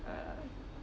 uh